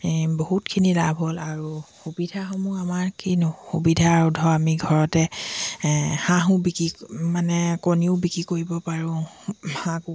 বহুতখিনি লাভ হ'ল আৰু সুবিধাসমূহ আমাৰ কি নো সুবিধা আৰু ধৰ আমি ঘৰতে হাঁহো বিকি মানে কণীও বিক্ৰী কৰিব পাৰোঁ হাঁহ